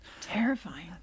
Terrifying